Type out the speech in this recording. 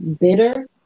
bitter